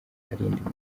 aharindimuka